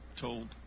told